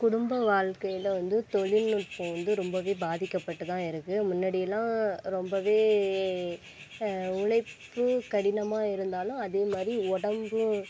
குடும்ப வாழ்க்கையில் வந்து தொழில்நுட்பம் வந்து ரொம்பவே பாதிக்கப்பட்டுதான் இருக்குது முன்னாடியெல்லாம் ரொம்பவே உழைப்பு கடினமாக இருந்தாலும் அதேமாதிரி உடம்பும்